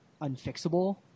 unfixable